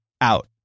out